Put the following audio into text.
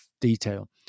detail